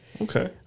Okay